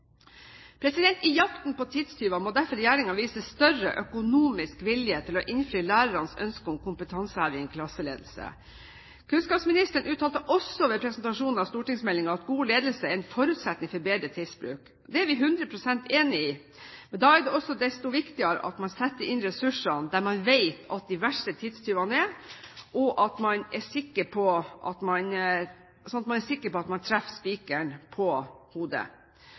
I jakten på tidstyver må derfor regjeringen vise større økonomisk vilje til å innfri lærernes ønske om kompetanseheving i klasseledelse. Kunnskapsministeren uttalte også ved presentasjonen av stortingsmeldingen: «God ledelse er en forutsetning for bedre tidsbruk.» Det er vi 100 pst. enig i. Da er det også desto viktigere at man setter inn ressursene der man vet at de verste tidstyvene er, slik at man er sikker på at man treffer spikeren på hodet. Vi vet at